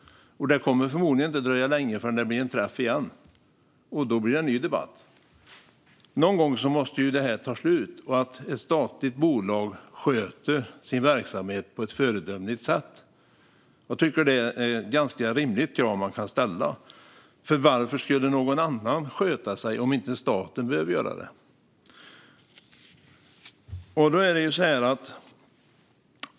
Det kommer förmodligen inte dröja länge förrän det blir en träff igen, och då blir det en ny debatt. Någon gång måste det ta slut så att ett statligt bolag sköter sin verksamhet på ett föredömligt sätt. Det är ett ganska rimligt krav man kan ställa. Varför skulle någon annan sköta sig om inte staten behöver göra det?